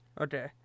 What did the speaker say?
Okay